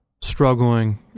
struggling